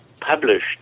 published